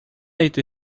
été